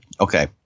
Okay